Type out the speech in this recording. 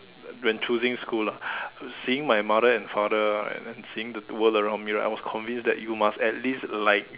when choosing school lah seeing my mother and father and then seeing the world around me right I was convinced that you must at least like